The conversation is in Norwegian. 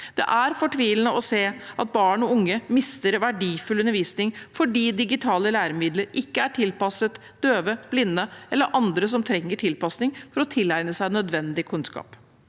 Det er fortvilende å se at barn og unge mister verdifull undervisning fordi digitale læremidler ikke er tilpasset døve, blinde eller andre som trenger tilpasning for å tilegne seg nødvendig kunnskap.